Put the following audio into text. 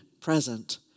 present